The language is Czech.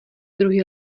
druhy